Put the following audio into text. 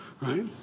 right